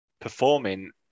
performing